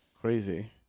Crazy